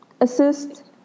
assist